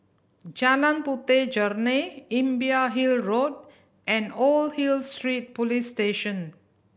Jalan Puteh Jerneh Imbiah Hill Road and Old Hill Street Police Station